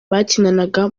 bakinanaga